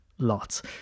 Lots